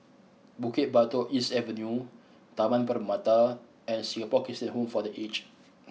Bukit Batok East Avenue Taman Permata and Singapore Christian Home for the Aged